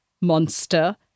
monster